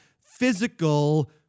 physical